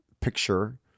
picture